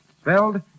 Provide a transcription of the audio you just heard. spelled